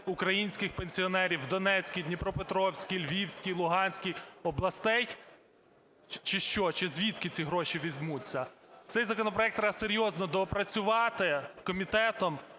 українських пенсіонерів в Донецькій, Дніпропетровській, Львівській, Луганській областей чи що? Чи звідки ці гроші візьмуться? Цей з треба серйозно доопрацювати комітетом